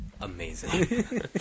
amazing